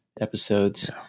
episodes